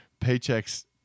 paychecks